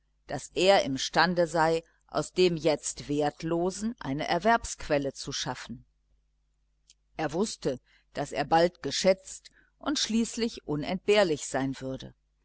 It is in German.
daß er imstande sei aus dem jetzt wertlosen eine erwerbsquelle zu schaffen er wußte daß er bald geschätzt und schließlich unentbehrlich sein würde